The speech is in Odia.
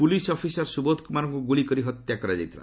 ପୁଲିସ୍ ଅଫିସର୍ ସୁବୋଧ କୁମାରଙ୍କୁ ଗୁଳିକରି ହତ୍ୟା କରାଯାଇଥିଲା